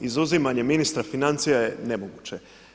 Izuzimanje ministra financija je nemoguće.